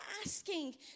asking